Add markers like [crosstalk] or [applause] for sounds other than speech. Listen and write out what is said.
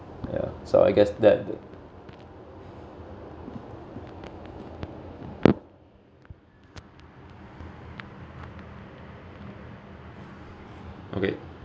yeah so I guess that [noise] okay